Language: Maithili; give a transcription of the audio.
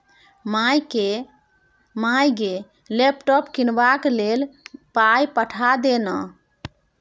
माय गे लैपटॉप कीनबाक लेल पाय पठा दे न